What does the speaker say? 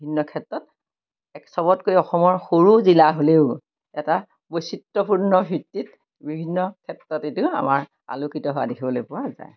ভিন্ন ক্ষেত্ৰত এক সবতকৈ অসমৰ সৰু জিলা হ'লেও এটা বৈচিত্ৰ্য়পূৰ্ণ ভিত্তিত বিভিন্ন ক্ষেত্ৰত এইটো আমাৰ আলোকিত হোৱা দেখিবলৈ পোৱা যায়